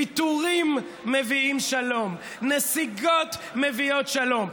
ויתורים מביאים שלום, נסיגות מביאות שלום.